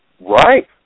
Right